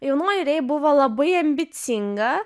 jaunoji rei buvo labai ambicinga